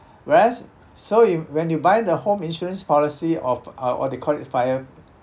whereas so if when you buy the home insurance policy of uh what they call it fire